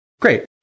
Great